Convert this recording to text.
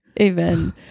Amen